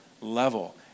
level